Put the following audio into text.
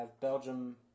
Belgium